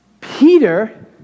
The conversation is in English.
Peter